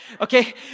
Okay